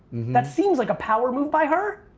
that seems like a power move by her?